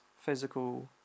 physical